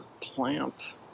plant